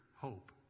hope